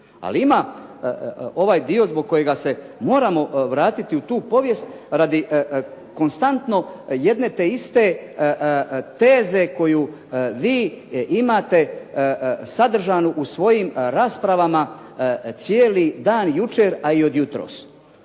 Ali ima ovaj dio zbog kojega se moramo vratiti u tu povijest radi konstantno jedne te iste teze koju vi imate sadržanu u svojim raspravama cijeli dan jučer, a i od jutros.